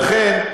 לכן,